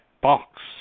box